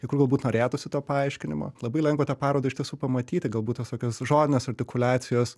kai kur galbūt norėtųsi to paaiškinimo labai lengva tą parodą iš tiesų pamatyti galbūt tos tokios žodinės artikuliacijos